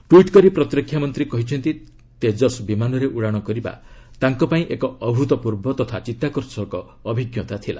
tweet କରି ପ୍ରତିରକ୍ଷାମନ୍ତ୍ରୀ କହିଛନ୍ତି ତେଜସ୍ ବିମାନରେ ଉଡାଶ କରିବା ତାଙ୍କ ପାଇଁ ଏକ ଅଭୂତପୂର୍ବ ତଥା ଚିତ୍ତାକର୍ଷକ ଅଭିଜ୍ଞତା ଥିଲା